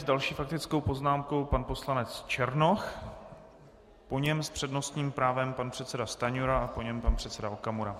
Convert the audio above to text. S další faktickou poznámkou pan poslanec Černoch, po něm s přednostním právem pan předseda Stanjura, po něm pan předseda Okamura.